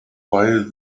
why